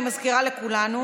אני מזכירה לכולנו,